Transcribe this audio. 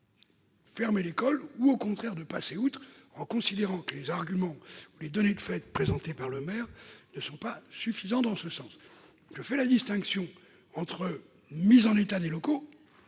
fermer l'école ou, au contraire, de passer outre, considérant que les arguments ou les données de fait présentés par le maire sont insuffisamment probants. Je fais la distinction entre la mise en état des locaux,